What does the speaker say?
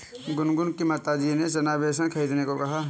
गुनगुन की माताजी ने चना बेसन खरीदने को कहा